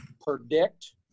predict